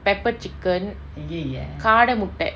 pepper chicken kada mutta